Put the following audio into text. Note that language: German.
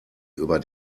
über